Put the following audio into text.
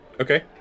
Okay